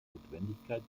notwendigkeit